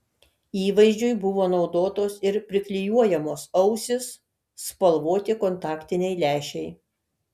įvaizdžiui buvo naudotos ir priklijuojamos ausys spalvoti kontaktiniai lęšiai